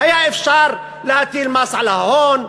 היה אפשר להטיל מס על ההון,